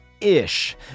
ish